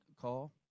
call